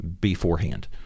beforehand